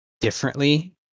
differently